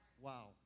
Wow